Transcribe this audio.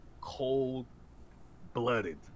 cold-blooded